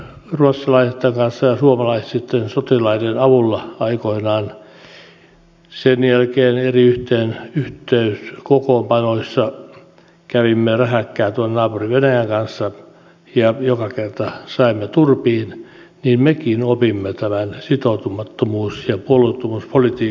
kuten ruotsalaiset mekin suomalaiset sotilaiden avulla sen jälkeen kun aikoinaan eri kokoonpanoissa kävimme rähäkkää tuon naapuri venäjän kanssa ja joka kerta saimme turpiin opimme tämän sitoutumattomuus ja puolueettomuuspolitiikan vihdoin